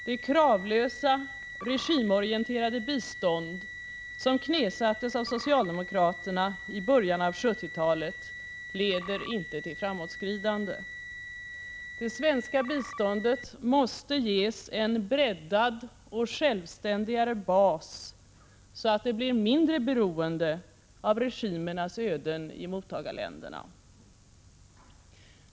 Det kravlösa, regimorienterade bistånd som knäsattes av socialdemokraterna i början av 1970-talet leder inte till framåtskridande. Det svenska biståndet måste ges en breddad och självständigare bas så att det blir mindre beroende av regimernas öden i mottagarländerna.